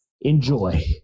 Enjoy